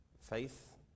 Faith